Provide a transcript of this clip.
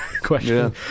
question